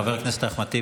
חבר הכנסת אחמד טיבי.